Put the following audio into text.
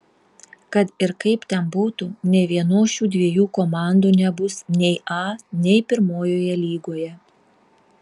kad ir kaip ten būtų nė vienos šių dviejų komandų nebus nei a nei pirmojoje lygoje